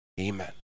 Amen